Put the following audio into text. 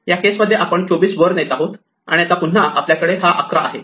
या केस मध्ये आपण 24 वर नेत आहोत आणि आता पुन्हा आपल्याकडे हा 11 आहे